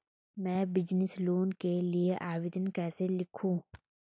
मैं business loan के लिए आवेदन कैसे लिखूँ?